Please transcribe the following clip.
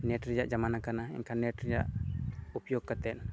net ᱨᱮᱭᱟᱜ ᱡᱟᱢᱟᱱᱟ ᱠᱟᱱᱟ ᱮᱱᱠᱷᱟᱱ ᱱᱮᱴ ᱨᱮᱭᱟᱜ ᱩᱯᱚᱭᱳᱜᱽ ᱠᱟᱛᱮᱫ